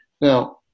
Now